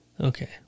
Okay